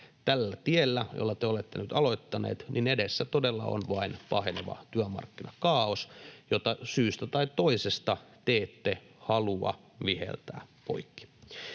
Tällä tiellä, jolla te olette nyt aloittaneet, edessä todella on vain paheneva työmarkkinatkaaos, jota syystä tai toisesta te ette halua viheltää poikki.